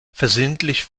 versehentlich